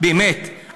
באמת,